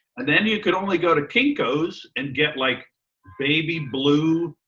and then you could only go to kinko's and get like baby blue,